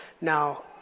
now